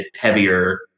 heavier